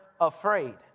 afraid